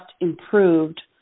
improved